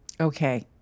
Okay